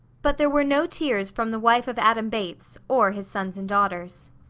but there were no tears from the wife of adam bates, or his sons and daughters.